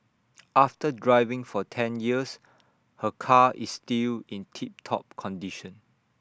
after driving for ten years her car is still in tip top condition